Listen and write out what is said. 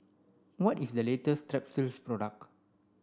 what is the latest Strepsils product